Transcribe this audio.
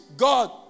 God